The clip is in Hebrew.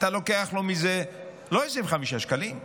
אתה לוקח לו מזה לא 25 שקלים,